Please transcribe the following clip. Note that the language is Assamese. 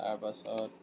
তাৰপাছত